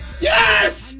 Yes